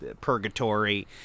purgatory